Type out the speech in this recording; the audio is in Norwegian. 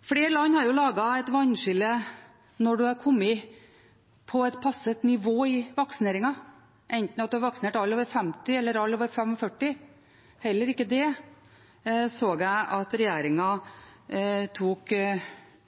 Flere land har laget et vannskille når en har kommet på et passert nivå i vaksineringen – at en enten har vaksinert alle over 50 år eller alle over 45 år. Heller ikke det så jeg at regjeringen tok